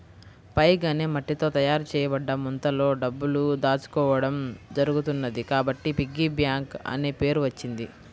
pig అనే మట్టితో తయారు చేయబడ్డ ముంతలో డబ్బులు దాచుకోవడం జరుగుతున్నది కాబట్టి పిగ్గీ బ్యాంక్ అనే పేరు వచ్చింది